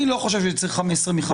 אני לא חושב שצריך 15/15,